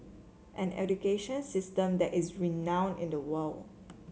an education system that is renowned in the world